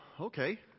Okay